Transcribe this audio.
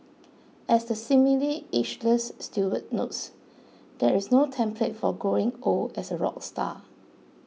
as the seemingly ageless Stewart notes there is no template for growing old as a rock star